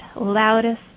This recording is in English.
loudest